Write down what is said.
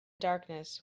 darkness